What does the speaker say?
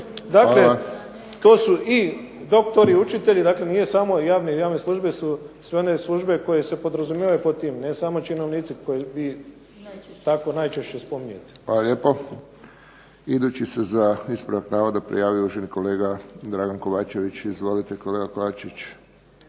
Dakle, to su i doktori, učitelji. Dakle, nije samo javne službe su sve one službe koje se podrazumijevaju pod tim ne samo činovnici koji bi tako najčešće spominjete. **Friščić, Josip (HSS)** Hvala lijepo. Idući se za ispravak navoda prijavio uvaženi kolega Dragan Kovačević. Izvolite kolega Kovačević.